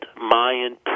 Mayan